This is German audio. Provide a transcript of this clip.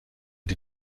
die